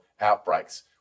outbreaks